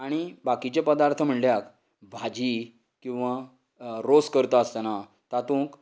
आनी बाकिचे पदार्थ म्हळ्यार भाजी किंवां रोस करता आसतना तातूंत